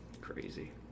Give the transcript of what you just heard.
Crazy